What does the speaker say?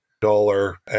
dollar